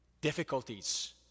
Difficulties